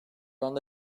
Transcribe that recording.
anda